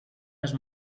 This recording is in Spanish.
las